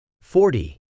forty